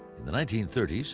in the nineteen thirty s,